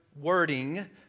wording